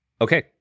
okay